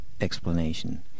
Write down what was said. explanation